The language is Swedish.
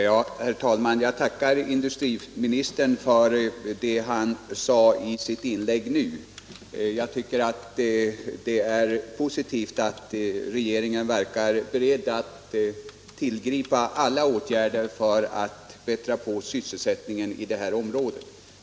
Herr talman! Jag tackar industriministern för det han sade i sitt inlägg nu. Jag tycker att det är positivt att regeringen verkar beredd att tillgripa alla åtgärder för att bättra på sysselsättningen i det här området.